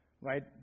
right